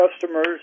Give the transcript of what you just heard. customers